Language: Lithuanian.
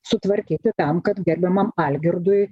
sutvarkyti tam kad gerbiamam algirdui